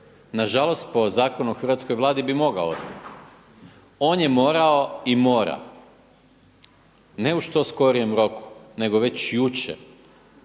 Nažalost po Zakonu o hrvatskoj Vladi bi mogao ostati. On je morao i mora ne u što skorijem roku nego već jučer